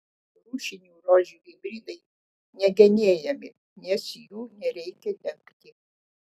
rūšinių rožių hibridai negenėjami nes jų nereikia dengti